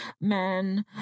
men